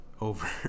over